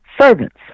servants